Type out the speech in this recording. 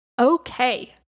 Okay